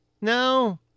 No